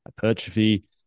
hypertrophy